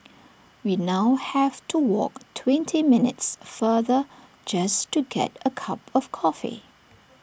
we now have to walk twenty minutes farther just to get A cup of coffee